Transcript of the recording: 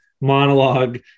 monologue